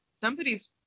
somebody's